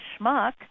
schmuck